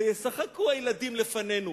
ל"ישחקו הילדים לפנינו",